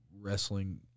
wrestling